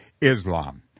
Islam